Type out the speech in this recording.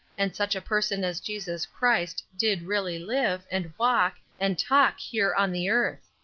and such a person as jesus christ did really live, and walk, and talk here on the earth.